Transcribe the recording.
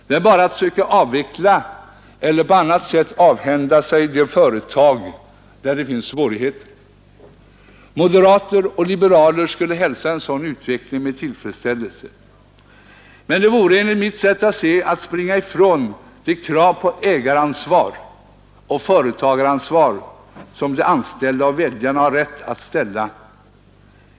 Det är bara att söka avveckla eller på annat sätt avhända sig de företag där det finns svårigheter. Moderater och liberaler skulle hälsa en sådan utveckling med tillfredsställelse. Men det vore enligt mitt sätt att se att springa ifrån det krav på ägaransvar och företagaransvar som de anställda och väljarna har rätt att ställa.